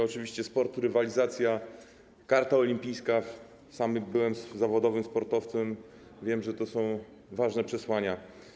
Oczywiście sport, rywalizacja, karta olimpijska - sam byłem zawodowym sportowcem, wiem, że to są ważne przesłania.